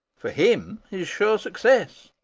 for him is sure success,